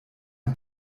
ein